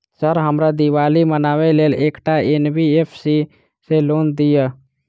Sir हमरा दिवाली मनावे लेल एकटा एन.बी.एफ.सी सऽ लोन दिअउ?